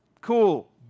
Cool